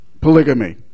polygamy